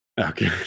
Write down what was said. okay